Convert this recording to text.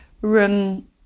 room